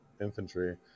infantry